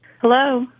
Hello